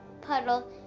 puddle